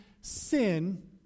sin